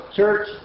church